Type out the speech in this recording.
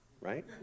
Right